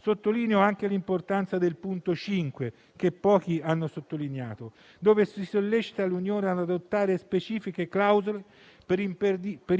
Sottolineo anche l'importanza del punto 5, che pochi hanno evidenziato, dove si sollecita l'Unione ad adottare specifiche clausole per